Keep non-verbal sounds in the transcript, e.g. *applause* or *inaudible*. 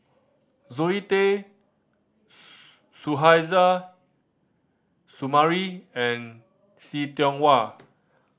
Zoe Tay *hesitation* Suzairhe Sumari and See Tiong Wah